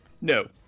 no